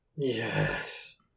Yes